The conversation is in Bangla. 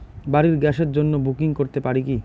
বাড়ির গ্যাসের জন্য বুকিং করতে পারি কি?